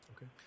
Okay